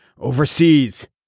overseas